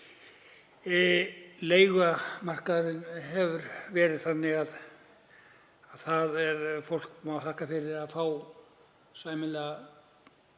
Leigumarkaðurinn hefur verið þannig að fólk má þakka fyrir að fá sæmilega